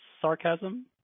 sarcasm